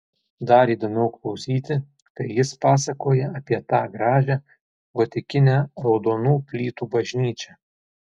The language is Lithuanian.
dar įdomiau klausyti kai jis pasakoja apie tą gražią gotikinę raudonų plytų bažnyčią